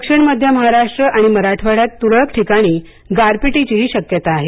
दक्षिण मध्य महाराष्ट्र आणि मराठवाड्यात तुरळक ठिकाणी गारपिटीची शक्यता आहे